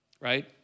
right